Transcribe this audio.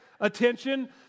attention